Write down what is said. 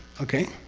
okay,